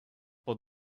pod